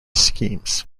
schemes